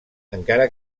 encara